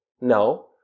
no